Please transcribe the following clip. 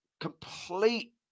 Complete